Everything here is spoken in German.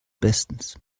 bestens